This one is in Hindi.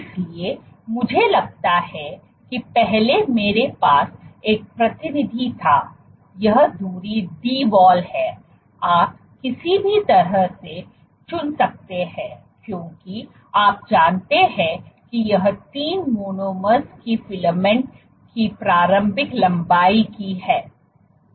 इसलिए मुझे लगता है कि पहले मेरे पास एक प्रतिनिधि था यह दूरी Dwall है आप किसी भी तरह से चुन सकते हैं क्योंकि आप जानते हैं कि यह तीन मोनोमर्स की फिलामेंट की प्रारंभिक लंबाई की है